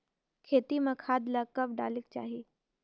खेती म खाद ला कब डालेक चाही?